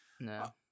no